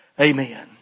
Amen